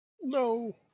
No